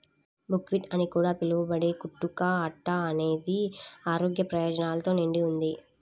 buckwheat అని కూడా పిలవబడే కుట్టు కా అట్ట అనేది ఆరోగ్య ప్రయోజనాలతో నిండి ఉంది